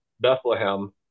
Bethlehem